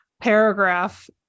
paragraph